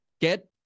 get